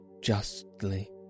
justly